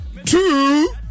Two